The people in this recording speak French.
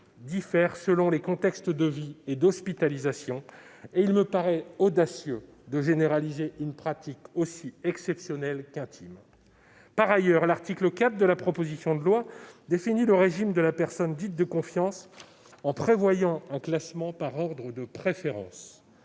diffère selon les contextes de vie et d'hospitalisation. Il me paraît audacieux de généraliser une pratique aussi exceptionnelle qu'intime. Par ailleurs, l'article 4 de la proposition de loi définit le régime de la personne dite de confiance, en prévoyant un classement « par ordre de préférence